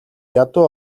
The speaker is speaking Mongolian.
ядуу